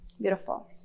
beautiful